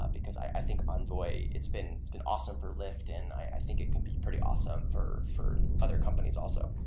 ah because i think envoy it's been it's been awesome for lyft and i think it can be pretty awesome for for other companies also.